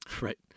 Right